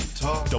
talk